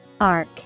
Arc